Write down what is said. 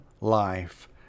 life